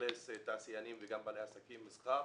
שמאכלס תעשיינים וגם בעלי עסקים ומסחר.